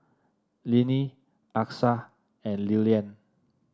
Linnie Achsah and Lilyan